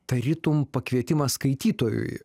tarytum pakvietimas skaitytojui